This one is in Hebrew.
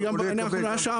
כי הם לא רוצים למצוא פתרון.